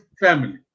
family